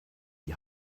die